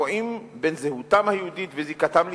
קרועים בין זהותם היהודית וזיקתם לישראל,